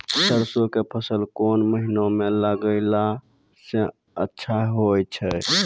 सरसों के फसल कोन महिना म लगैला सऽ अच्छा होय छै?